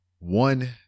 One